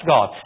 God